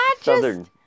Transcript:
southern